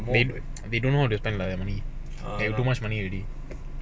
we we don't know the kind lah like too much money already